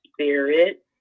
spirit